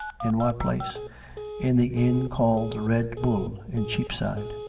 in what place in the inn called the red bull in cheapside.